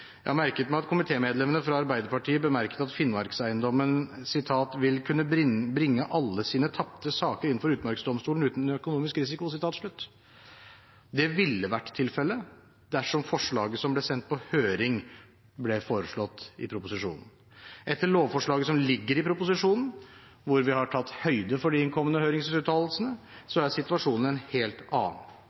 Jeg har merket meg at komitémedlemmene fra Arbeiderpartiet bemerket at Finnmarkseiendommen «vil kunne bringe alle sine tapte saker inn for Utmarksdomstolen uten økonomisk risiko». Det ville vært tilfellet dersom forslaget som ble sendt på høring, ble foreslått i proposisjonen. Etter lovforslaget som ligger i proposisjonen, hvor vi har tatt høyde for de innkomne høringsuttalelsene, er situasjonen en helt annen.